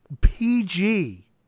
PG